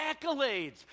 accolades